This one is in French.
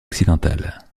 occidentale